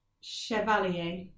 Chevalier